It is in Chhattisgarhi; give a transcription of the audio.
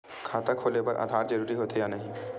खाता खोले बार आधार जरूरी हो थे या नहीं?